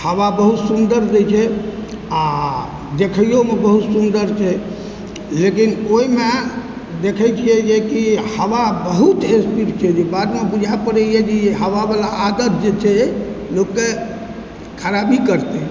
हवा बहुत सुन्दर दै छै आओर देखैयोमे बहुत सुन्दर छै लेकिन ओइमे देखय छियै जे कि हवा बहुत स्पीड छै जे बादमे बुझा पड़इए जे ई हवावला आदत जे छै लोकके खराबी करतय